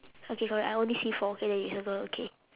okay correct I only see four okay then you circle okay